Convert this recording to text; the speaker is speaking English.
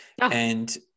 And-